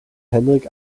henrik